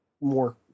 more